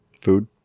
food